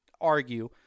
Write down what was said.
argue –